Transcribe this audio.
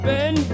Ben